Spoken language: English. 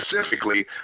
specifically